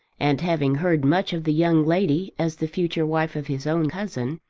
and having heard much of the young lady as the future wife of his own cousin,